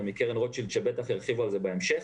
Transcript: מקרן רוטשילד שבטח ירחיבו על זה בהמשך